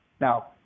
Now